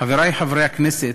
חברי חברי הכנסת,